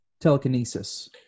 telekinesis